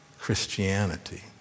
Christianity